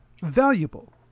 Valuable